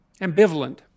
ambivalent